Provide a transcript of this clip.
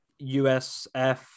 USF